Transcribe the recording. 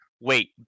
wait